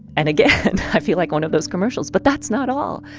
and, again, i feel like one of those commercials but that's not all.